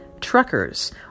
truckers